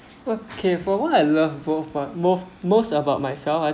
okay for what I love both but most most about myself I